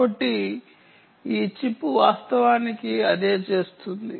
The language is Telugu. కాబట్టి ఈ చిప్ వాస్తవానికి అదే చేస్తుంది